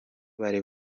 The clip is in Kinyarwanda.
bari